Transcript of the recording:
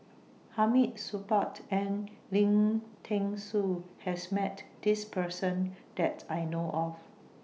Hamid Supaat and Lim Thean Soo has Met This Person that I know of